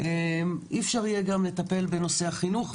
אי אפשר יהיה לטפל גם בנושא החינוך,